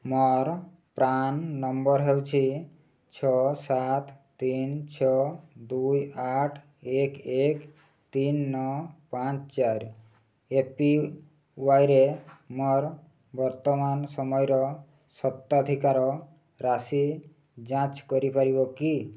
ମୋର PRAN number ହେଉଛି ଛଅ ସାତ ତିନ ଛଅ ଦୁଇ ଆଠ ଏକ ଏକ ତିନ ନଅ ପାଞ୍ଚ ଚାରି ଏପିୱାଇରେ ମୋର ବର୍ତ୍ତମାନ ସମୟର ସ୍ୱତ୍ୱାଧିକାର ରାଶି ଯାଞ୍ଚ କରିପାରିବ କି